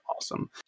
awesome